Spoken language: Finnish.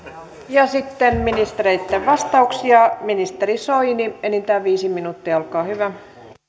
ja sitten ministereitten vastauksia ministeri soini enintään viisi minuuttia olkaa hyvä